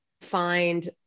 find